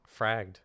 Fragged